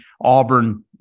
Auburn